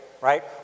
right